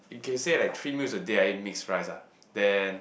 okay say like three meals a day I eat mix rice ah then